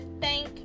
thank